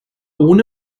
ohne